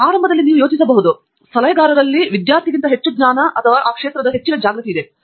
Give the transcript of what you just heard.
ಆದ್ದರಿಂದ ಆರಂಭದಲ್ಲಿ ನೀವು ಯೋಚಿಸಬಹುದು ಸಲಹೆಗಾರರಲ್ಲಿ ವಿದ್ಯಾರ್ಥಿಗಿಂತ ಹೆಚ್ಚು ಜ್ಞಾನ ಅಥವಾ ಪ್ರದೇಶದ ಹೆಚ್ಚಿನ ಜಾಗೃತಿ ಇದೆ